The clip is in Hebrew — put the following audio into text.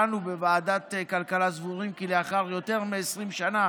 אנו בוועדת הכלכלה סבורים כי לאחר יותר מ-20 שנה